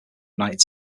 united